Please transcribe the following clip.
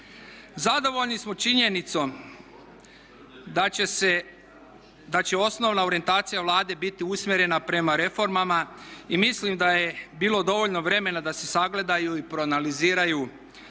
Zadovoljni smo činjenicom da će osnovna orijentacija Vlade biti usmjerena prema reformama i mislim da je bilo dovoljno vremena da se sagledaju i proanaliziraju sve